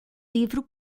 livro